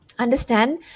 understand